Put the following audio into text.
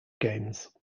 games